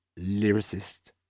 lyricist